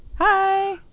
Hi